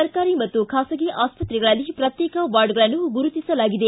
ಸರ್ಕಾರಿ ಮತ್ತು ಖಾಸಗಿ ಆಸ್ಪತ್ರೆಗಳಲ್ಲಿ ಪ್ರತ್ಯೇಕ ವಾರ್ಡ್ಗಳನ್ನು ಗುರುತಿಸಲಾಗಿದೆ